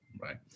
Right